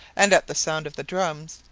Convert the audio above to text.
and at the sound of the drums,